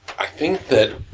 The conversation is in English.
i think that,